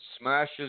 smashes